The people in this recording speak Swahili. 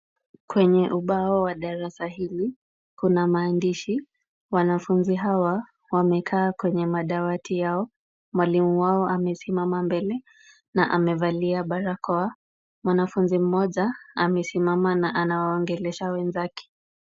Kwenye ubao wa darasa hili kuna maandishi. Wanafunzi hawa wamekaa kwenye madawati yao, mwalimu wao amesimama mbele na amevalia barakoa. Mwanafunzi mmoja amesimama na anawaongelesha wenzake.